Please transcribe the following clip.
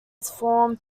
forms